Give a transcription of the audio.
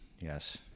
yes